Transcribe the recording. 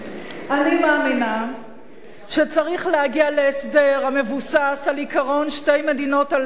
אני מאמינה שצריך להגיע להסדר המבוסס על עקרון שתי מדינות הלאום,